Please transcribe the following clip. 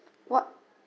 what